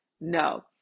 No